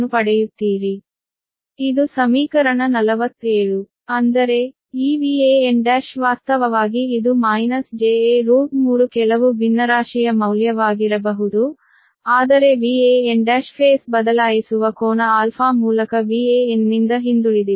ಅಂದರೆ ಈ Van1 ವಾಸ್ತವವಾಗಿ ಇದು ja3 ಕೆಲವು ಭಿನ್ನರಾಶಿಯ ಮೌಲ್ಯವಾಗಿರಬಹುದು ಆದರೆ Van1 ಹಂತ ಬದಲಾಯಿಸುವ ಕೋನ αಆಲ್ಫಾ ಮೂಲಕ Van ನಿಂದ ಹಿಂದುಳಿದಿದೆ